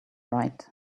right